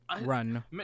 run